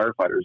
firefighters